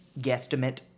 guesstimate